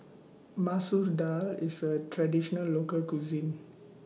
Masoor Dal IS A Traditional Local Cuisine